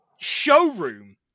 showroom